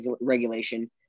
regulation